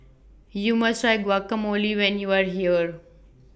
YOU must Try Guacamole when YOU Are here